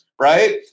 right